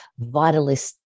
vitalist